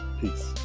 peace